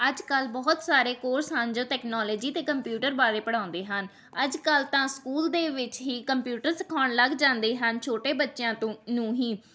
ਅੱਜ ਕੱਲ੍ਹ ਬਹੁਤ ਸਾਰੇ ਕੋਰਸ ਹਨ ਜੋ ਟੈਕਨੋਲੋਜੀ ਅਤੇ ਕੰਪਿਊਟਰ ਬਾਰੇ ਪੜ੍ਹਾਉਂਦੇ ਹਨ ਅੱਜ ਕੱਲ੍ਹ ਤਾਂ ਸਕੂਲ ਦੇ ਵਿੱਚ ਹੀ ਕੰਪਿਊਟਰ ਸਿਖਾਉਣ ਲੱਗ ਜਾਂਦੇ ਹਨ ਛੋਟੇ ਬੱਚਿਆਂ ਤੋਂ ਨੂੰ ਹੀ